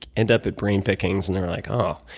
end up at brain pickings, and they're like, oh,